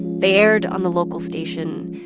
they aired on the local station.